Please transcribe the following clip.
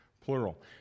plural